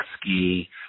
ski